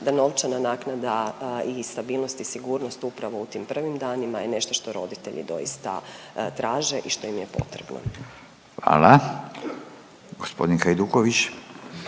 da novčana naknada i stabilnost i sigurnost upravo u tim prvim danima je nešto što roditelji doista traže i što im je potrebno. **Radin, Furio